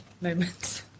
moments